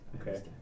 Okay